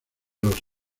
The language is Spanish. los